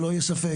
שלא יהיה ספק,